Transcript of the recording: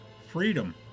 freedom